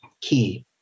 key